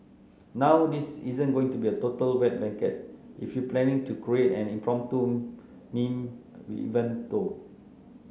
now this isn't going to be a total wet blanket if you're planning to create an impromptu meme event though